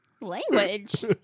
Language